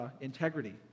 integrity